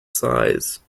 sighs